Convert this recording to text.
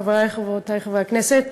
חברי וחברותי חברי הכנסת,